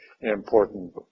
important